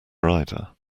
rider